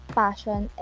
passion